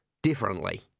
Differently